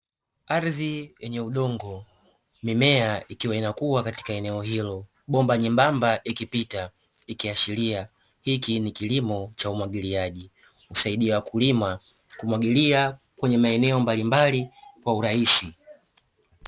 Ardhi yenye udongo, mimea ikiwa inakua katika eneo hilo, bomba nyembamba ikipita, ikiashiria hiki ni kilimo cha umwagiliaji, husaidia wakulima kumwagilia kwenye maeneo mbalimbali kwa urahisi.